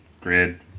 grid